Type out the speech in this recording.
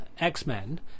X-Men